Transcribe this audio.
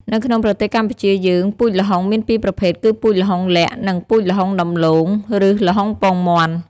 នៅក្នុងប្រទេសកម្ពុជាយើង ពូជល្ហុងមានពីរប្រភេទគឺពូជល្ហុងលក្ខ័ និង ពូជល្ហុងដំឡូង ឬ ល្ហុងពងមាន់។